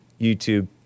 YouTube